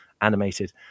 animated